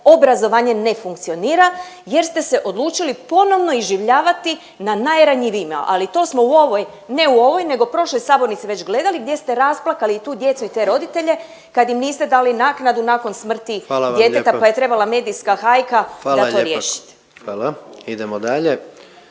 obrazovanje ne funkcionira jer ste se odlučili ponovno iživljavati na najranjivijima. Ali to smo u ovoj, ne u ovoj nego prošloj sabornici već gledali gdje ste rasplakali i tu djecu i te roditelje kad im niste dali naknadu nakon smrti djeteta …/Upadica predsjednik: Hvala vam lijepa./… pa je trebala